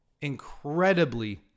incredibly